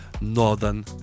northern